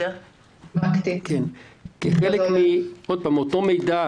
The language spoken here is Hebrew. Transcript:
כחלק מאותו מידע